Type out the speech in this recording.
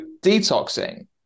detoxing